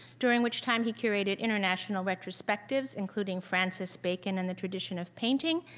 during which time he curated international retrospectives, including francis bacon in the tradition of painting,